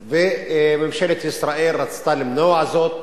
ממשלת ישראל רצתה למנוע זאת